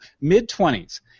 mid-twenties